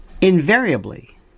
invariably